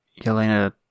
Yelena